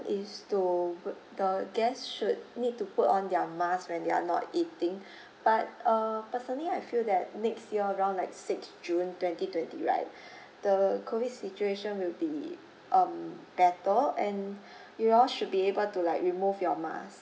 is to g~ the guests should need to put on their masks when they are not eating but uh personally I feel that next year around like six june twenty twenty right the COVID situation will be um better and you all should be able to like remove your mask